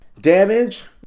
damage